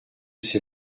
c’est